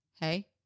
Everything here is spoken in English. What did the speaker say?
Hey